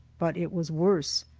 but it was worse.